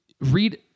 read